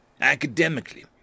Academically